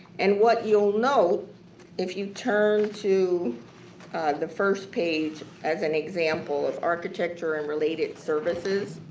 and what you'll note if you turn to the first page as an example of architecture and related services.